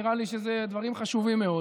נראה לי שאלה דברים חשובים מאוד